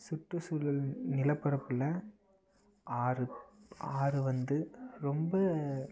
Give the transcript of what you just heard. சுற்றுசூழல் நிலப்பரப்பில் ஆறு ஆறு வந்து ரொம்ப